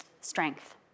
strength